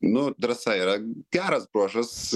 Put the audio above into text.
nu drąsa yra geras bruožas